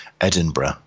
Edinburgh